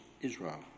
Israel